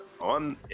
on